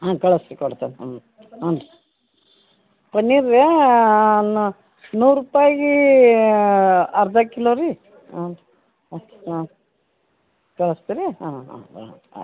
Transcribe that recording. ಹಾಂ ಕಳಿಸ್ರಿ ಕೊಡ್ತೇನೆ ಹ್ಞೂ ಹ್ಞೂ ರೀ ಪನ್ನೀರ್ರ್ಯಾ ನೂರು ರೂಪಾಯಿ ಅರ್ಧ ಕಿಲೋ ರೀ ಹ್ಞೂ ರೀ ಹ್ಞೂ ಹಾಂ ಕಳಿಸ್ತೀರಿ ಹಾಂ ಹಾಂ ಹಾಂ ಹಾಂ ಆಯ್ತು